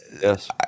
yes